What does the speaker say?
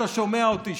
חבריי כאן מהליכוד,